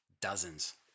dozens